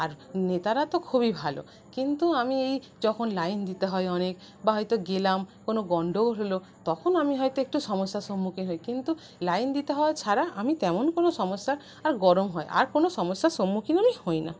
আর নেতারা তো খুবই ভালো কিন্তু আমি এই যখন লাইন দিতে হয় অনেক বা হয়তো গেলাম কোনও গণ্ডগোল হল তখন আমি হয়তো একটু সমস্যার সম্মুখীন হই কিন্তু লাইন দিতে হওয়া ছাড়া আমি তেমন কোনও সমস্যা আর গরম হয় আর কোনও সমস্যার সম্মুখীন আমি হই না